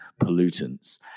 pollutants